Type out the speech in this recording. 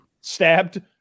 Stabbed